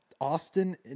Austin